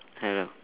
hello